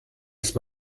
erst